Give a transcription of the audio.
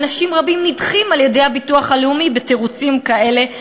אנשים רבים נדחים על-ידי הביטוח הלאומי בתירוצים כאלה ואחרים.